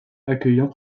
accueillant